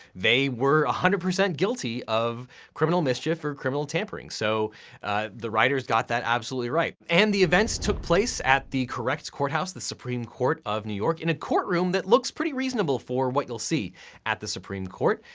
they were a hundred percent guilty of criminal mischief or criminal tampering. so the writers got that absolutely right. and the events took place at the correct courthouse, the supreme court of new york in a court room that looks pretty reasonable for what you'll see at the supreme court.